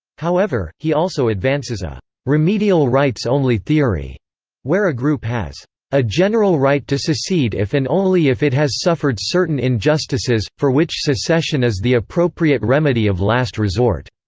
however, he also advances a remedial rights only theory where a group has a general right to secede if and only if it has suffered certain injustices, for which secession is the appropriate remedy of last resort.